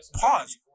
Pause